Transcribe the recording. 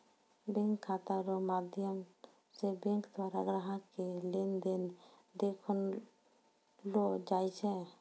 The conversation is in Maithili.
बैंक खाता रो माध्यम से बैंक द्वारा ग्राहक के लेन देन देखैलो जाय छै